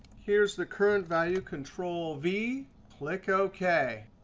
here's the current value control v, click ok.